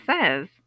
says